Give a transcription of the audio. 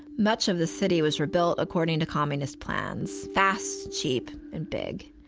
much of the city was rebuilt according to communist plans fast, cheap, and big.